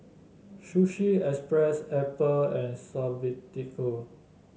Sushi Express Apple and Suavecito